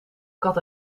kat